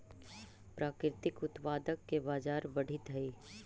प्राकृतिक उत्पाद के बाजार बढ़ित हइ